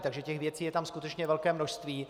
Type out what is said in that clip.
Takže těch věcí je tam skutečně velké množství.